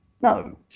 No